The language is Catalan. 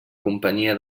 companyia